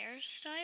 hairstyle